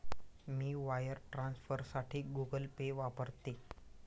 मी wire ट्रान्सफरसाठी Google Pay वापरते